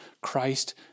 Christ